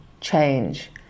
change